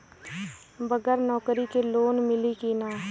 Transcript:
बगर नौकरी क लोन मिली कि ना?